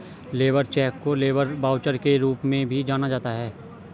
labour cheque को labour voucher के रूप में भी जाना जाता है